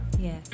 Yes